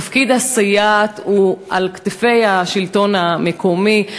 תפקיד הסייעת הוא על כתפי השלטון המקומי.